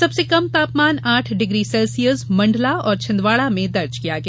सबसे कम न्यूनतम तापमान आठ डिग्री सेल्सियस मंडला और छिंदवाड़ा में दर्ज किया गया